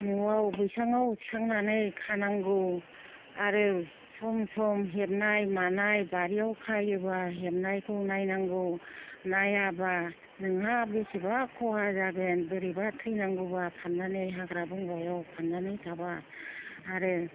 न'आव बैसाङाव थिखांनानै खानांगौ आरो सम सम हेबनाय मानाय बारियाव खायोबा हेबनायखौ नायनांगौ नायाबा नोंहा बेसेबा खहा जागोन बोरैबा थैनांगौबा फाननानै हाग्रा बंग्रायाव फाननानै थाबा आरो